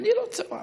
עיני לא צרה.